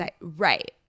right